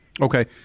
Okay